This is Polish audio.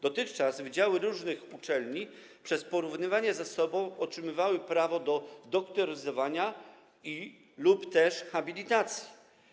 Dotychczas wydziały różnych uczelni przez ich porównywanie ze sobą otrzymywały prawo do doktoryzowania i/lub habilitacji.